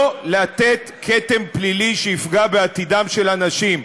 לתת כתם פלילי שיפגע בעתידם של אנשים.